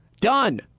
done